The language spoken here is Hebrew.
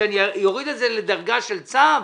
שאני אוריד את זה לדרגה של צו?